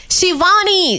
Shivani